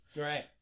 right